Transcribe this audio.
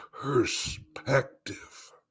perspective